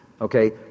okay